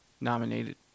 nominated